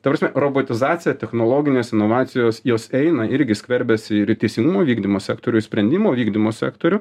ta prasme robotizacija technologinės inovacijos jos eina irgi skverbiasi ir į teisingumo vykdymo sektorių į sprendimų vykdymo sektorių